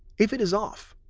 if it is off,